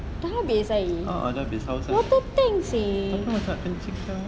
dah habis air water tank seh